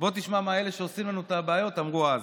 בוא תשמע מה אלה שעושים לנו את הבעיות אמרו אז.